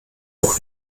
auch